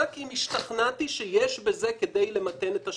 אם השתכנעתי שיש בזה כדי למתן את אשמתו.